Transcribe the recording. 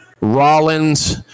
Rollins